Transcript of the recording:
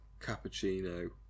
Cappuccino